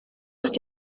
ist